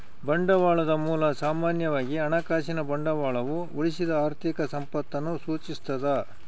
ಬಂಡವಾಳದ ಮೂಲ ಸಾಮಾನ್ಯವಾಗಿ ಹಣಕಾಸಿನ ಬಂಡವಾಳವು ಉಳಿಸಿದ ಆರ್ಥಿಕ ಸಂಪತ್ತನ್ನು ಸೂಚಿಸ್ತದ